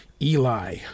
eli